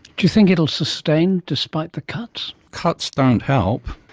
do you think it will sustain despite the cuts? cuts don't help.